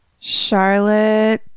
Charlotte